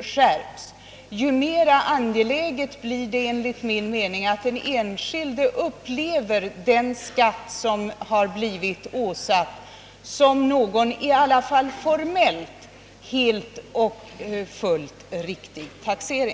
skärpes, desto mera angeläget blir det enligt min mening att den enskilde upplever den skatt som åsatts honom som en i varje fall formellt helt och fullt riktig taxering.